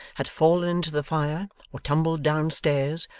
had fallen into the fire, or tumbled down stairs,